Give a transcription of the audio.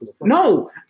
No